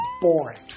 boring